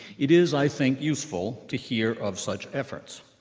it is, i think, useful to hear of such efforts.